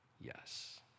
yes